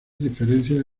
diferencias